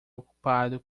ocupado